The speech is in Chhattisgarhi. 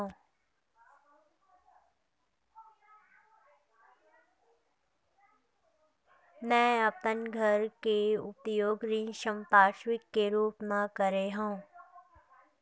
मै अपन घर के उपयोग ऋण संपार्श्विक के रूप मा करे हव